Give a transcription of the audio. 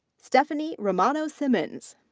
stephanie romano-simmons.